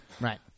right